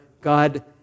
God